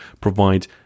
provide